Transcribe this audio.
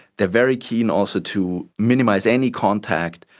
they are very keen also to minimise any contact.